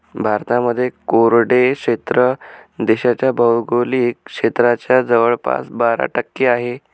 भारतामध्ये कोरडे क्षेत्र देशाच्या भौगोलिक क्षेत्राच्या जवळपास बारा टक्के आहे